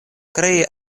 krei